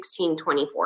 1624